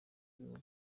bihugu